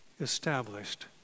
established